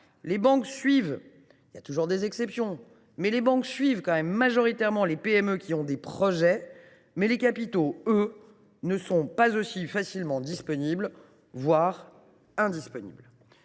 les banques – certes, il y a toujours des exceptions – suivent majoritairement les PME qui ont des projets, mais les capitaux, eux, ne sont pas aussi facilement disponibles, voire sont indisponibles.